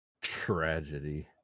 tragedy